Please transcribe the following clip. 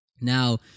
Now